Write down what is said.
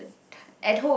at home